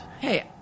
hey